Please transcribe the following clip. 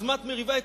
"אדמת מריבה",